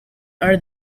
are